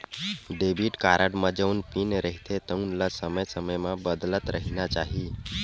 debit card म जउन pin रहिथे तउन ल समे समे म बदलत रहिना चाही